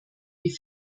die